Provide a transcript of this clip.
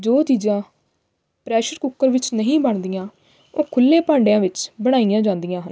ਜੋ ਚੀਜ਼ਾਂ pressure cooker ਵਿੱਚ ਨਹੀਂ ਬਣਦੀਆਂ ਉਹ ਖੁੱਲ੍ਹੇ ਭਾਂਡਿਆਂ ਵਿੱਚ ਬਣਾਈਆਂ ਜਾਂਦੀਆਂ ਹਨ